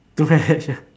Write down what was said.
don't match